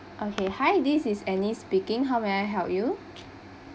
okay hi this is annie speaking how may I help you